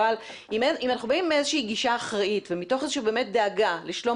אבל אם אנחנו באים מאיזה שהיא גישה אחראית ומתוך דאגה לשלום